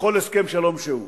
בכל הסכם שלום שהוא.